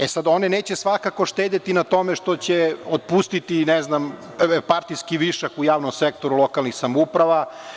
E sad, one neće svakako štedeti na tome što će otpustiti partijski višak u javnom sektoru lokalnih samouprava.